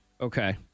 okay